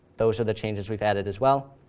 those are the changes we've added as well.